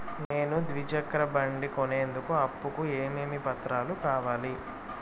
నేను ద్విచక్ర బండి కొనేందుకు అప్పు కు ఏమేమి పత్రాలు కావాలి?